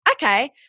Okay